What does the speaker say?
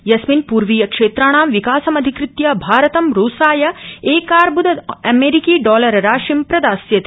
यस्मिन् पूर्वीय क्षेत्राणां विकासमधिकृत्य भारतं रूसाय एकार्बद अमेरिकी डॉलर राशिं प्रदास्यति